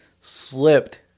slipped